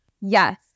Yes